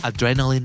Adrenaline